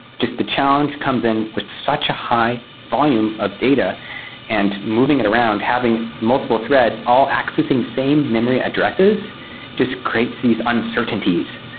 just the challenge comes in with such a high volume of data and moving it around, having multiple threads all accessing same memory addresses just creates these uncertainties.